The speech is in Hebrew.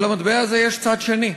אבל למטבע הזה יש צד שני: